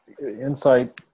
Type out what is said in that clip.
insight